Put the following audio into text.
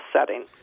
setting